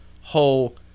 whole